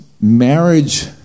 marriage